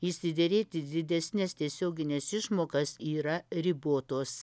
išsiderėti didesnes tiesiogines išmokas yra ribotos